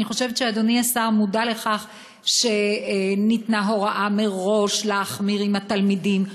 אני חושבת שאדוני השר מודע לכך שניתנה הודעה מראש להחמיר עם התלמידים.